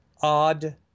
odd